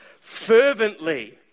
fervently